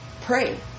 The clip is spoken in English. pray